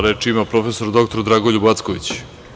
Reč ima prof. dr Dragoljub Acković.